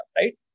right